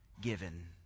given